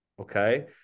Okay